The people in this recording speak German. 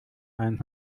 einen